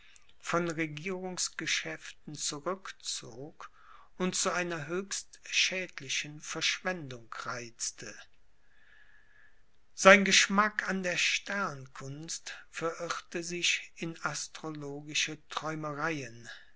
von regierungsgeschäften zurückzog und zu einer höchst schädlichen verschwendung reizte sein geschmack an der sternkunst verirrte sich in astrologische träumereien